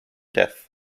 death